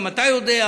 גם אתה יודע,